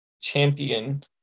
champion